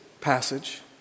passage